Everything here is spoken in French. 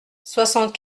soixante